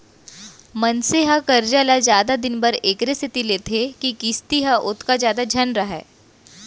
मनसे ह करजा ल जादा दिन बर एकरे सेती लेथे के किस्ती ह ओतका जादा झन रहय